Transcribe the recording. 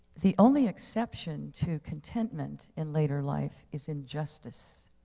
the only exception to contentment in later life is injustice.